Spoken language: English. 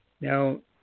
now